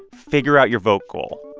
figure out your vote goal.